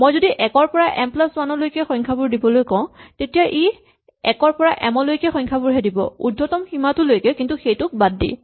মই যদি ১ ৰ পৰা এম প্লাচ ৱান লৈকে সংখ্যাবোৰ দিবলৈ কওঁ তেতিয়া ই ১ ৰ পৰা এম লৈ সংখ্যাবোৰহে দিব উৰ্ধতম সীমাটোলৈকে কিন্তু সেইটোক বাদ দি